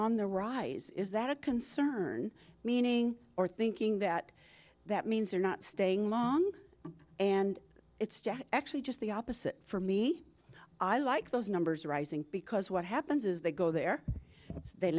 on the rise is that a concern meaning or thinking that that means they're not staying long and it's just actually just the opposite for me i like those numbers are rising because what happens is they go there they